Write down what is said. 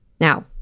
Now